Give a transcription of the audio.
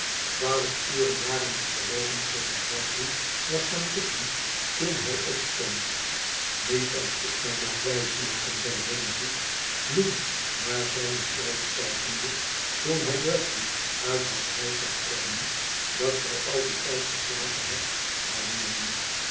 twaalf uren waren er verloopen sedert bradley was gaan liggen toen hij opstond niet dat ik mij laat wijsmaken zei riderhood loensch naar zijne sluis kijkende toen hij bradley uit het huis zag komen dat gij al dien tijd geslapen hebt oude jongen